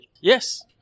Yes